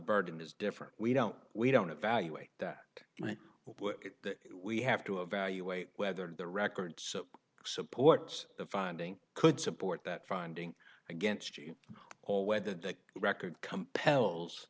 burden is different we don't we don't evaluate that we have to evaluate whether the records supports the finding could support that finding against you or whether the record compels